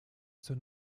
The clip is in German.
zur